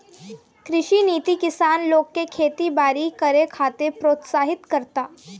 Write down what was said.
कृषि नीति किसान लोग के खेती बारी करे खातिर प्रोत्साहित करता